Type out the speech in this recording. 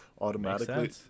automatically